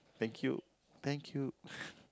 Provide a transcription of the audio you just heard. thank you thank you